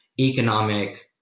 economic